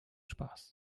spaß